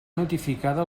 notificada